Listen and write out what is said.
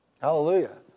Hallelujah